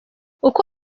uko